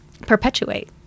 perpetuate